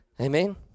Amen